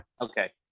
Okay